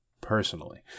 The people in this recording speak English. personally